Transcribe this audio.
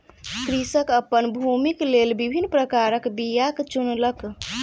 कृषक अपन भूमिक लेल विभिन्न प्रकारक बीयाक चुनलक